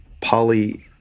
poly